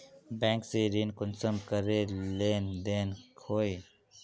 Bank से ऋण कुंसम करे लेन देन होए?